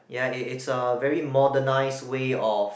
ya it it's a modernise way of